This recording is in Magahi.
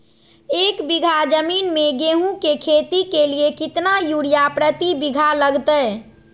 एक बिघा जमीन में गेहूं के खेती के लिए कितना यूरिया प्रति बीघा लगतय?